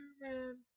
man